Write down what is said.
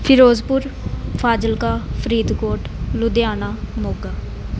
Firozpur Fazilka Faridkot Ludhiana Moga